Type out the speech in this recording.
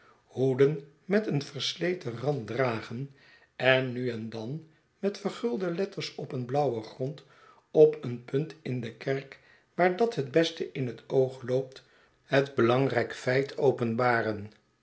hoeden met een versleten rand dragen en nu en dan met vergulde letters op een blauwen grond op een punt in de kerk waar dat het best in het oog loopt het belangrijk feit openbaren